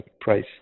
price